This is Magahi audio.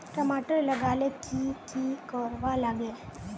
टमाटर लगा ले की की कोर वा लागे?